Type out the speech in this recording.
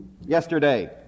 Yesterday